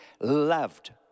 loved